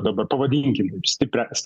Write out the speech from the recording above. dabar pavadinkim stipria pora